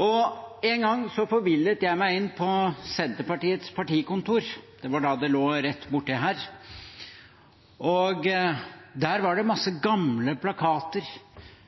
En gang forvillet jeg meg inn på Senterpartiets partikontor. Det var da det lå rett borti her. Der var det mange gamle plakater